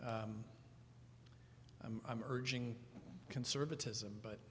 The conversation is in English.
so i'm urging conservatism but